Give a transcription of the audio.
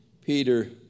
Peter